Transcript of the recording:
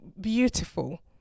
beautiful